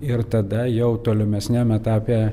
ir tada jau tolimesniam etape